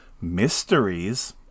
Mysteries